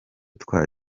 twa